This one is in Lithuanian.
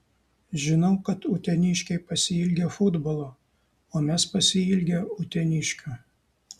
žinau kad uteniškiai pasiilgę futbolo o mes pasiilgę uteniškių